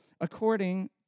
according